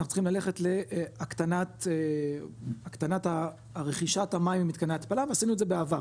אנחנו צריכים ללכת להקטנת רכישת המים ממתקני התפלה ועשינו את זה בעבר,